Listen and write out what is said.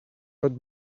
tot